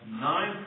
nine